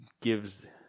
gives –